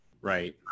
Right